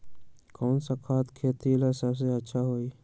कौन सा खाद खेती ला सबसे अच्छा होई?